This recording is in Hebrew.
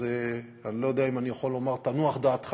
אני לא יודע אם אני יכול לומר "תנוח דעתך",